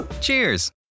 Cheers